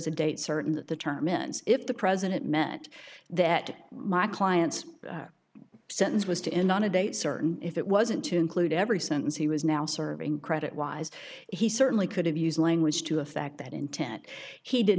a date certain that the terminates if the president meant that my client's sentence was to end on a date certain if it wasn't to include every sentence he was now serving credit wise he certainly could have used language to effect that intent he did